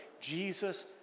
Jesus